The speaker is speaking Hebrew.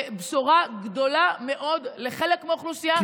בשורה גדולה מאוד לחלק מהאוכלוסייה.